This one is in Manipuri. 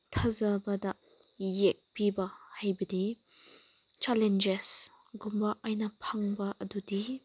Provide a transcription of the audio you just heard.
ꯊꯥꯖꯕꯗ ꯌꯦꯛꯄꯤꯕ ꯍꯥꯏꯕꯗꯤ ꯆꯂꯦꯟꯖꯦꯁꯒꯨꯝꯕ ꯑꯩꯅ ꯐꯪꯕ ꯑꯗꯨꯗꯤ